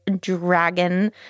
dragon